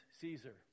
Caesar